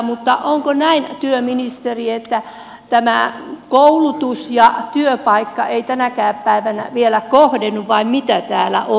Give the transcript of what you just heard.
mutta onko näin työministeri että tämä koulutus ja työpaikka eivät tänäkään päivänä vielä kohdennu vai mitä täällä on